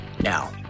Now